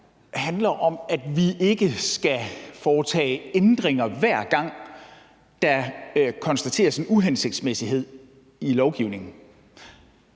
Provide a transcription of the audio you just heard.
som handler om, at vi ikke skal foretage ændringer, hver gang der konstateres en uhensigtsmæssighed i lovgivningen.